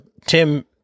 Tim